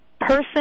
person